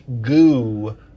goo